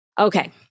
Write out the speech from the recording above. Okay